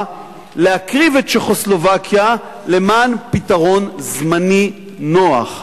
להקריב את צ'כוסלובקיה למען פתרון זמני נוח.